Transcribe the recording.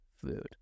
food